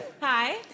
Hi